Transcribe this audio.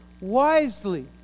wisely